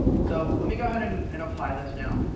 so let me go ahead and and apply this now.